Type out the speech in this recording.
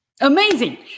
Amazing